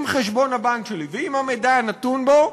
עם חשבון הבנק שלי ועם המידע הנתון בו,